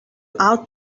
ought